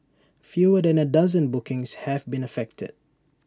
fewer than A dozen bookings have been affected